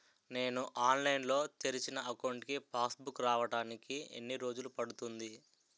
నేను ఆన్లైన్ లో తెరిచిన అకౌంట్ కి పాస్ బుక్ రావడానికి ఎన్ని రోజులు పడుతుంది?